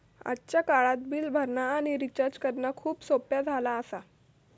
आजच्या काळात बिल भरणा आणि रिचार्ज करणा खूप सोप्प्या झाला आसा